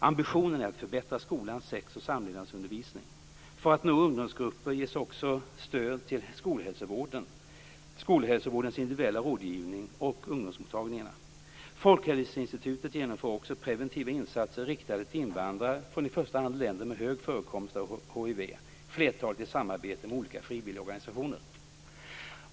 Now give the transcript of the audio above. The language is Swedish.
Ambitionen är att förbättra skolans sex och samlevnadsundervisning. För att nå ungdomsgruppen ges också stöd till skolhälsovårdens individuella rådgivning och ungdomsmottagningarna. Folkhälsoinstitutet genomför också preventiva insatser riktade till invandrare från i första hand länder med hög förekomst av hiv, flertalet i samarbete med olika frivilligorganisationer.